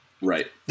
Right